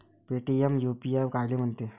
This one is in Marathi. पेटीएम यू.पी.आय कायले म्हनते?